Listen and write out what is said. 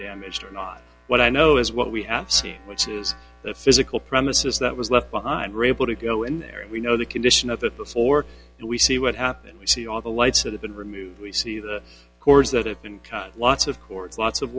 damaged or not what i know is what we have seen which is the physical premises that was left behind raible to go in there and we know the condition of the floor and we see what happened we see all the lights that have been removed we see the cords that have been cut lots of courts lots of